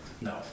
no